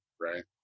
Right